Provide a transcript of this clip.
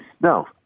No